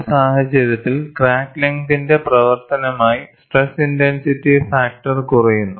ഒരു സാഹചര്യത്തിൽ ക്രാക്ക് ലെങ്തിന്റെ പ്രവർത്തനമായി സ്ട്രെസ് ഇൻടെൻസിറ്റി ഫാക്ടർ കുറയുന്നു